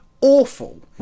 awful